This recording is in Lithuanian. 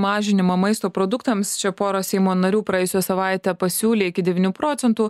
mažinimą maisto produktams čia pora seimo narių praėjusią savaitę pasiūlė iki devynių procentų